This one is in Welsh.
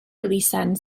elusen